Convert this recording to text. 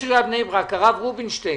הרב רובינשטיין,